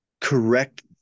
correct